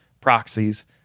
proxies